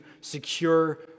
secure